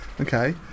Okay